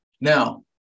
Now